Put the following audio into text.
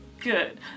Good